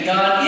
God